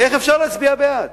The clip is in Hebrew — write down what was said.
איך אפשר להצביע בעד?